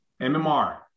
MMR